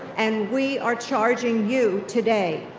and we are charging you today.